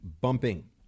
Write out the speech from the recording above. bumping